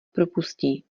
propustí